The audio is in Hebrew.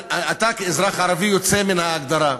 כאזרח ערבי, יוצא מן ההגדרה.